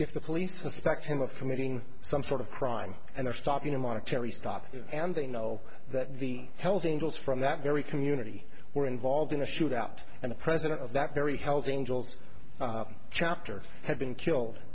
if the police suspect him of committing some sort of crime and they're stopping a monetary stop and they know that the hells angels from that very community were involved in a shootout and the president of that very hells angels chapter had been killed